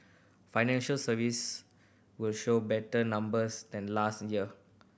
financial service will show better numbers than last year